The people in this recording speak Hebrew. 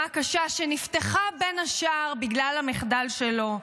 קשה שנפתחה בין השאר בגלל המחדל שלו,